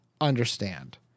understand